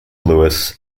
lewis